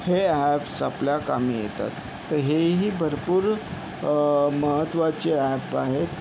हे ॲप्स आपल्या कामी येतात तर हेही भरपूर महत्वाचे ॲप आहेत